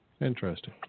Interesting